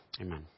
Amen